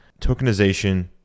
tokenization